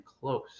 close